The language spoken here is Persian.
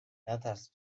نترس